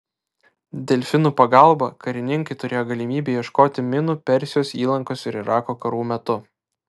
delfinų pagalba karininkai turėjo galimybę ieškoti minų persijos įlankos ir irako karų metu